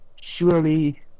Surely